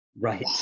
Right